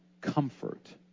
comfort